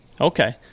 Okay